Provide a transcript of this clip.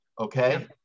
Okay